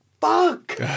fuck